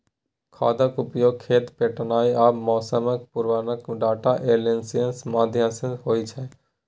खादक उपयोग, खेत पटेनाइ आ मौसमक पूर्वानुमान डाटा एनालिसिस माध्यमसँ होइ छै